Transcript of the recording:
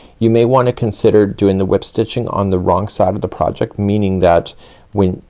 you may want to consider doing the whip stitching on the wrong side of the project. meaning that when,